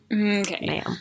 okay